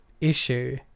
issue